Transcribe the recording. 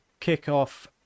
kickoff